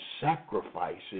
sacrifices